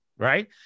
Right